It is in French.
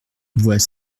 voix